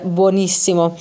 buonissimo